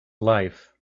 life